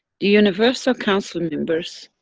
the universal council members,